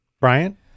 Brian